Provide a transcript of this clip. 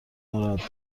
ناراحت